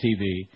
TV